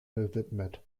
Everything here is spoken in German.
gewidmet